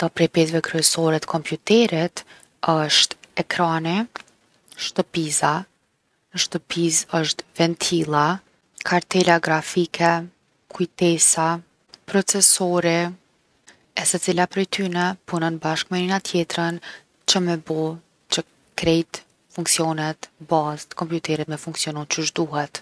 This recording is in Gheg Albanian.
Do prej pjesve kryesore t’kompjuterit osht ekrani, shtëpiza. N’shtëpizë osht ventilla, kartela grafike, kujtesa, procesori. E secila prej tyne punon me njona tjetrën që me bo që krejt funksionet bazë t’kompjuterit me funksionu qysh duhet.